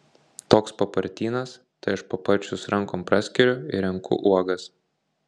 toks papartynas tai aš paparčius rankom praskiriu ir renku uogas